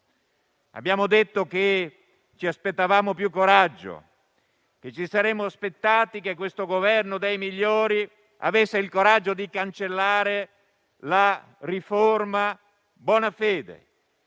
Abbiamo detto che ci aspettavamo più coraggio: ci saremmo aspettati che questo Governo dei migliori avesse il coraggio di cancellare la riforma Bonafede